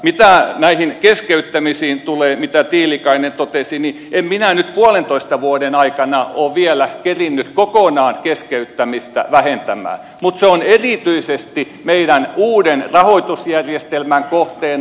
mitä näihin keskeyttämisiin tulee joista tiilikainen totesi niin en minä nyt puolentoista vuoden aikana ole vielä kerinnyt kokonaan keskeyttämistä vähentämään mutta se on erityisesti meidän uuden rahoitusjärjestelmän kohteena